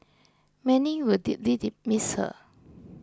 many will deeply miss her